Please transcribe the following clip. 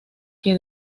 que